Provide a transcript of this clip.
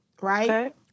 Right